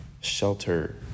shelter